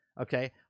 okay